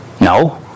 No